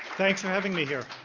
thanks for having me here.